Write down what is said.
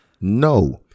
No